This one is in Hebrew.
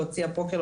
להוציא הפוקר,